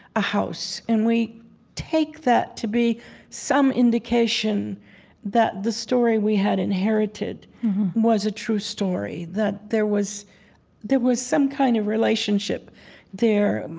a house. and we take that to be some indication that the story we had inherited was a true story, that there was there was some kind of relationship there.